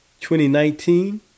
2019